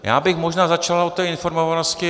Já bych možná začal o té informovanosti.